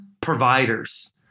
providers